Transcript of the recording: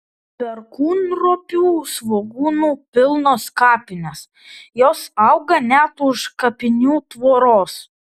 perkūnropių svogūnų pilnos kapinės jos auga net už kapinių tvoros